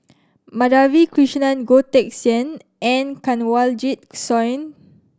Madhavi Krishnan Goh Teck Sian and Kanwaljit Soin